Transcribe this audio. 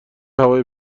هوای